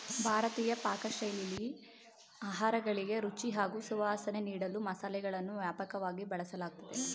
ಭಾರತೀಯ ಪಾಕಶೈಲಿಲಿ ಆಹಾರಗಳಿಗೆ ರುಚಿ ಹಾಗೂ ಸುವಾಸನೆ ನೀಡಲು ಮಸಾಲೆಗಳನ್ನು ವ್ಯಾಪಕವಾಗಿ ಬಳಸಲಾಗ್ತದೆ